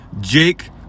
Jake